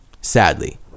sadly